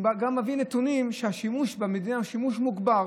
הוא גם מביא נתונים שהשימוש בחד-פעמי במדינה הוא שימוש מוגבר.